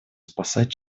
спасать